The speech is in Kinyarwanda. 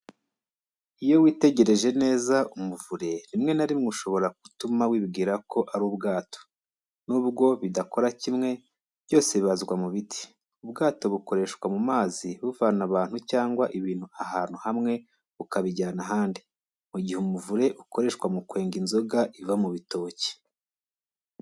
Iyo witegereje neza, umuvure rimwe na rimwe ushobora gutuma wibwira ko ari ubwato. Nubwo bidakora kimwe, byose bibazwa mu biti. Ubwato bukoreshwa mu mazi buvana abantu cyangwa ibintu ahantu hamwe bukabijyana ahandi, mu gihe umuvure ukoreshwa mu kwenga inzoga iva mu bitoki.